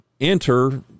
enter